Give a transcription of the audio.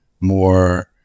more